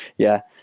yeah.